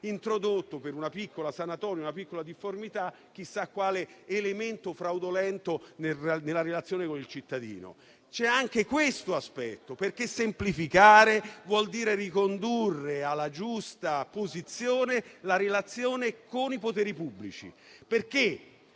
introdotto, per una piccola sanatoria per piccole difformità, chissà quale elemento fraudolento nella relazione con il cittadino. C'è anche questo aspetto: semplificare vuol dire ricondurre alla giusta posizione la relazione con i poteri pubblici. Se